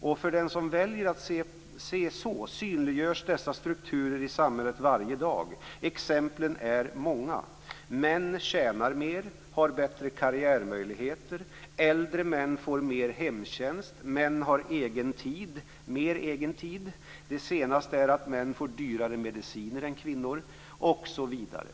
Och för den som väljer att se så synliggörs dessa strukturer i samhället varje dag. Exemplen är många; män tjänar mer, har bättre karriärmöjligheter, äldre män får mer hemtjänst, män har mer egen tid. Det senaste är att män får dyrare mediciner än kvinnor. Och så vidare."